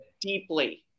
deeply